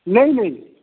नेईं नेईं